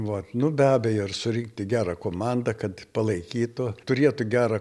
vat nu be abejo ir surinkti gerą komandą kad palaikytų turėtų gerą